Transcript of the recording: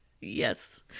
Yes